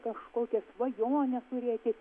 kažkokią svajonę turėti